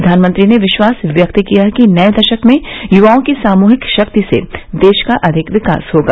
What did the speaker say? प्रधानमंत्री ने विश्वास व्यक्त किया कि नए दशक में युवाओं की सामूहिक शक्ति से देश का अधिक विकास होगा